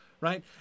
right